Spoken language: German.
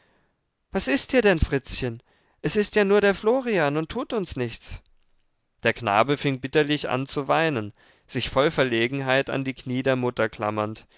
was ist dir denn fritzchen es ist ja nur der florian und tut uns nichts der knabe fing bitterlich an zu weinen sich voll verlegenheit an die knie der mutter klammernd